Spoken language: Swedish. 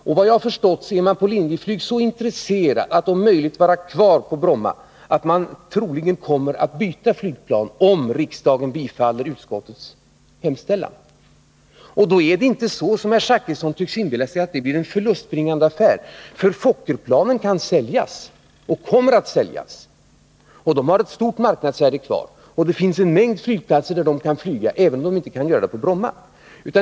Såvitt jag har förstått är man på Linjeflyg så intresserad av att stanna kvar på Bromma att man troligen kommer att byta flygplanstyp om riksdagen bifaller utskottets hemställan. Det blir inte, som Bertil Zachrisson tycks inbilla sig, en förlustbringande affär. Fokkerplanen kan nämligen säljas, och kommer att säljas. De har kvar ett högt marknadsvärde. Även om de inte kan vara kvar på Bromma flygplats, så kan de trafikera en mängd andra flygplatser.